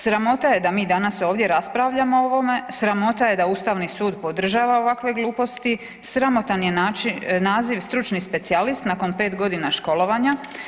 Sramota je da mi danas raspravljamo o ovome, sramota je da Ustavni sud podržava ovakve gluposti, sramotan je naziv stručni specijalist nakon 5 godina školovanja.